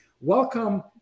welcome